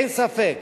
אין ספק